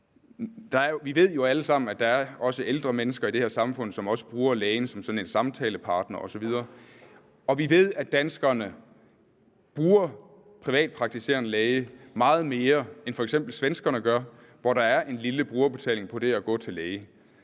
Vi ved jo alle sammen, at der også er ældre mennesker i det her samfund, som også bruger lægen som sådan en samtalepartner osv., og vi ved, at danskerne bruger den privatpraktiserende læge meget mere, end f.eks. svenskerne gør, hvor der er en lille brugerbetaling på det at gå til læge.